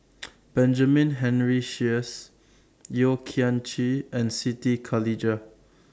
Benjamin Henry Sheares Yeo Kian Chye and Siti Khalijah